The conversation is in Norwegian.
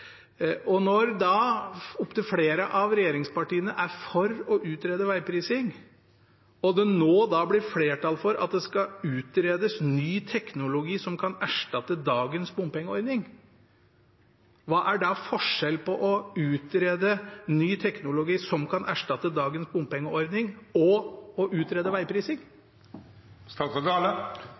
veiprising, og det nå blir flertall for at det skal utredes ny teknologi som kan erstatte dagens bompengeordning, hva er da forskjellen på å utrede ny teknologi som kan erstatte dagens bompengeordning, og å utrede veiprising?